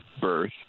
birth